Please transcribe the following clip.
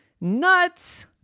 Nuts